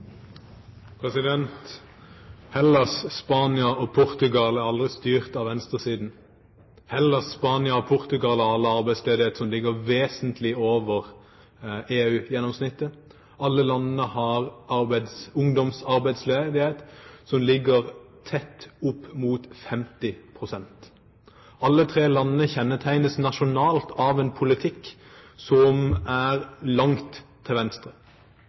Portugal har alle en arbeidsledighet som ligger vesentlig over EU-gjennomsnittet. Alle landene har en ungdomsarbeidsledighet som ligger tett opp mot 50 pst. Alle tre landene kjennetegnes nasjonalt av en politikk som er langt til venstre.